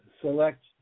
select